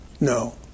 No